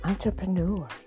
entrepreneur